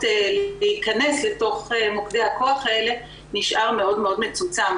להיכנס לתוך מוקדי הכוח האלה נשאר מאוד-מאוד מצומצם,